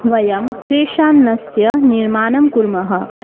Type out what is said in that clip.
वयं क्रेशान्नस्य निर्माणं कुर्मः